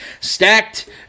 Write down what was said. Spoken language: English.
stacked